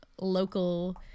local